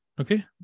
okay